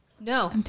no